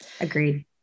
Agreed